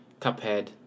Cuphead